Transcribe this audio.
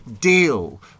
deal